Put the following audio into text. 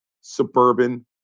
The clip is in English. suburban